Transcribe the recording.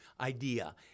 idea